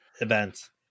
events